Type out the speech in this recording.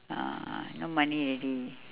ah no money already